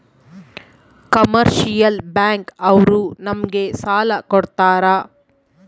commercial bank ಅವ್ರು ನಮ್ಗೆ ಸಾಲ ಕೊಡ್ತಾರ